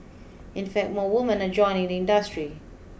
in fact more women are joining the industry